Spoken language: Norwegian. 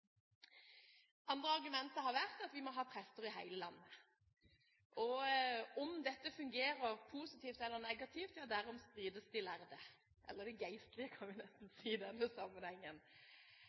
vi må ha prester i hele landet. Om dette fungerer positivt eller negativt, ja derom strides de lærde – eller de geistlige, kan vi nesten si i denne sammenhengen.